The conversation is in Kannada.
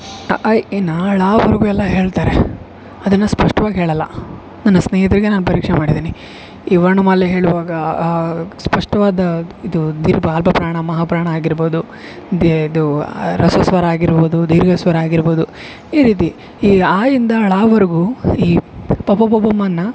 ಅ ಆ ಇ ಈ ನ ಳ ವರೆಗು ಎಲ್ಲ ಹೇಳ್ತಾರೆ ಅದನ್ನ ಸ್ಪಷ್ಟವಾಗಿ ಹೇಳಲ್ಲ ನನ್ನ ಸ್ನೇಹಿತರಿಗೆ ನಾನು ಪರೀಕ್ಷೆ ಮಾಡಿದ್ದೀನಿ ಈ ವರ್ಣಮಾಲೆ ಹೇಳುವಾಗ ಸ್ಪಷ್ಟವಾದ ಇದು ದಿರ್ಬ ಅಲ್ಪಪ್ರಾಣ ಮಹಾಪ್ರಾಣ ಆಗಿರ್ಬೋದು ದೆ ದು ಹ್ರಸ್ವಸ್ವರ ಆಗಿರ್ಬೋದು ದೀರ್ಘ ಸ್ವರ ಆಗಿರ್ಬೋದು ಈ ರೀತಿ ಈ ಆ ಇಂದ ಳ ವರ್ಗು ಈ ಪ ಪ ಬ ಬ ಮ ನ